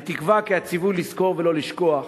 אני תקווה כי הציווי לזכור ולא לשכוח